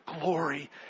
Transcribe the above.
glory